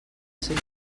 seu